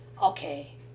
Okay